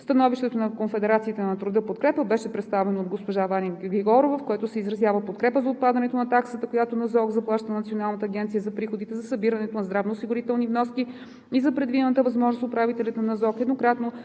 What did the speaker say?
Становището на Конфедерацията на труда „Подкрепа“ беше представено от госпожа Ваня Григорова, в което се изразява подкрепа за отпадането на таксата, която НЗОК заплаща на Националната агенция за приходите за събирането на здравноосигурителните вноски и за предвидената възможност управителят на НЗОК еднократно